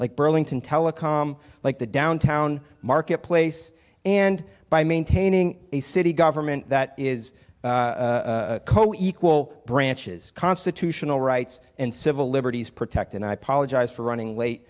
like burlington telecom like the downtown marketplace and by maintaining a city government that is co equal branches constitutional rights and civil liberties protect and i apologize for running